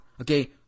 Okay